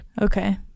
Okay